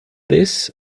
this